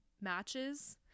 matches